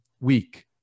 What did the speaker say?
week